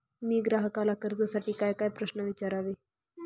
मी ग्राहकाला कर्जासाठी कायकाय प्रश्न विचारावे?